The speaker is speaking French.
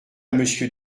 monsieur